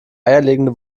eierlegende